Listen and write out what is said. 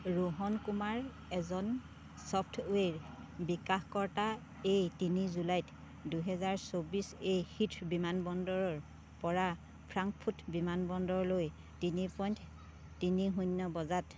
ৰোহন কুমাৰ এজন ছফ্টৱেৰ বিকাশকৰ্তা এ তিনি জুলাই দুহেজাৰ চৌবিছ এ হিথ্ৰ' বিমানবন্দৰৰপৰা ফ্ৰাংকফুট বিমানবন্দৰলৈ তিনি শূন্য তিনি শূন্য বজাত